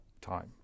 time